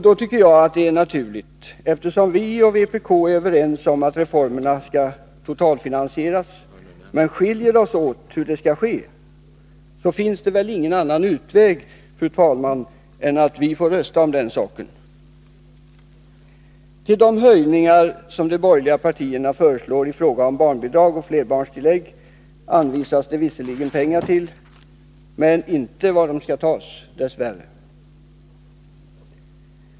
Eftersom vi socialdemokrater och vpk är överens om att reformerna skall totalfinansieras, men skiljer oss åt när det gäller frågan om hur det skall ske, finns det väl, fru talman, ingen annan utväg än att vi får rösta om saken. Till de höjningar som de borgerliga partierna föreslår i fråga om barnbidrag och flerbarnstillägg anvisas visserligen pengar, men man anger dess värre inte varifrån de skall tas.